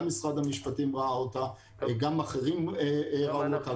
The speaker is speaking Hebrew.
גם משרד המשפטים ראה אותה וגם אחרים ראו אותה,